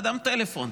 קדם טלפון,